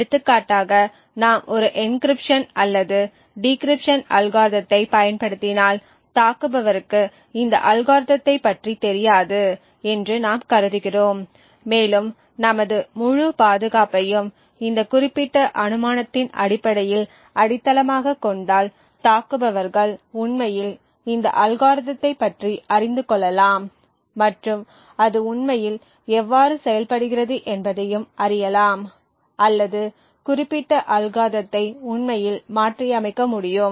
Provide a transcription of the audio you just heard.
எடுத்துக்காட்டாக நாம் ஒரு என்கிரிப்ஷன் அல்லது டிகிரிப்ஷன் அல்காரிதத்தைப் பயன்படுத்தினால் தாக்குபவருக்கு இந்த அல்காரிதத்தைப் பற்றி தெரியாது என்று நாம் கருதுகிறோம் மேலும் நமது முழு பாதுகாப்பையும் இந்த குறிப்பிட்ட அனுமானத்தின் அடிப்படையில் அடித்தளமாகக் கொண்டால் தாக்குபவர்கள் உண்மையில் இந்த அல்காரிதத்தைப் பற்றி அறிந்து கொள்ளலாம் மற்றும் அது உண்மையில் எவ்வாறு செயல்படுகிறது என்பதையும் அறியலாம் அல்லது குறிப்பிட்ட அல்காரிதத்தை உண்மையில் மாற்றியமைக்க முடியும்